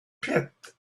pit